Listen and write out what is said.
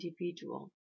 individual